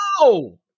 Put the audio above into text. No